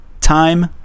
time